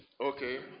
Okay